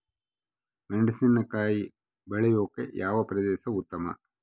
ಮೆಣಸಿನಕಾಯಿ ಬೆಳೆಯೊಕೆ ಯಾವ ಪ್ರದೇಶ ಉತ್ತಮ?